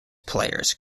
players